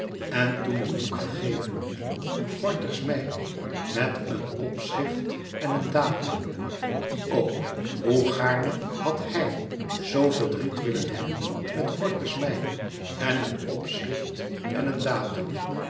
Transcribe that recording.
en toen een boek gegeven gorters mei met een opschrift en een datum o hoe gaarne had hij z verdriet willen hebben met gorters mei en een opschrift en een datum